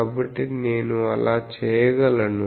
కాబట్టి నేను అలా చేయగలను